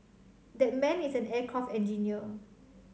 that man is an aircraft engineer